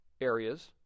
areas